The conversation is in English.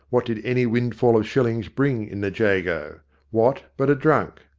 what did any windfall of shillings bring in the jago? what but a drunk?